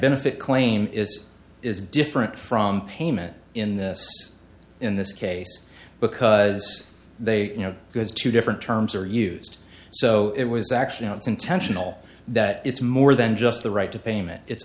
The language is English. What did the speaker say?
benefit claim is is different from payment in this in this case because they you know because two different terms are used so it was actually no it's intentional that it's more than just the right to payment it's